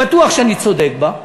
שבטוח שאני צודק בה,